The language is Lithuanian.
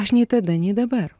aš nei tada nei dabar